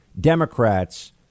democrats